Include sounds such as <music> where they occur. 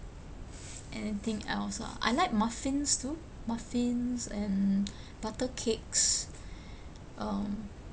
anything else ah I like muffins too muffins and <noise> butter cakes <breath> um